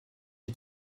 est